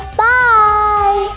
Bye